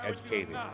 educated